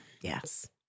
Yes